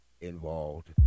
involved